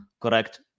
correct